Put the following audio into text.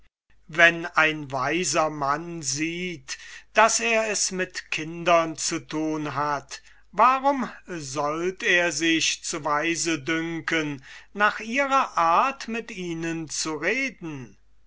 wenn ein weiser mann sieht daß er es mit kindern zu tun hat warum sollt er sich zu weise dünken nach ihrer art mit ihnen zu reden